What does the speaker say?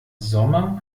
sommer